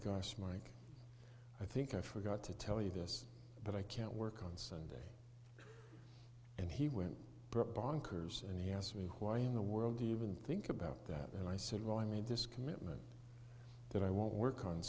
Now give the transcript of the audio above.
gosh mike i think i forgot to tell you this but i can't work on sunday and he went bonkers and he asked me why in the world even think about that and i said well i made this commitment that i won't work on